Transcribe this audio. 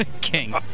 King